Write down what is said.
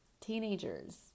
teenagers